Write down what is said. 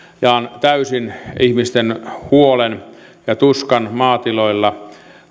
jaan täysin ihmisten huolen ja tuskan maatiloilla